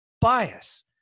bias